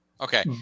Okay